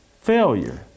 failure